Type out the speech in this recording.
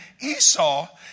Esau